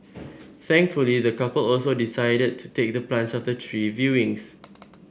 thankfully the couple also decided to take the plunge after three viewings